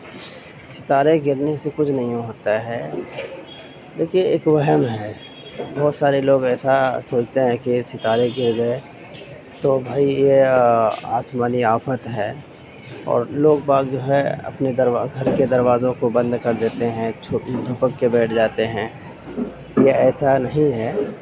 ستارے گرنے سے کچھ نہیں وہ ہوتا ہے دیکھیے ایک وہم ہے بہت سارے لوگ ایسا سوچتے ہیں کہ یہ ستارے گر گئے تو بھئی یہ آسمانی آفت ہے اور لوگ بعض جو ہے اپنے دروازہ گھر کے دروازوں کو بند کر دیتے ہیں چھوٹی دپک کے بیٹھ جاتے ہیں تو ایسا نہیں ہے